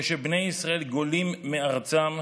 כשבני ישראל גלו מארצם,